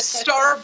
star